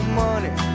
money